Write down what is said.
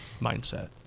mindset